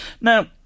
Now